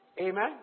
Amen